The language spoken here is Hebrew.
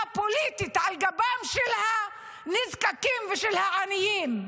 פוליטית על גבם של הנזקקים ושל העניים,